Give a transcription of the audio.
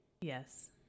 Yes